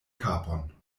kapon